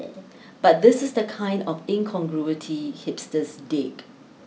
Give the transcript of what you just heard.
but this is the kind of incongruity hipsters dig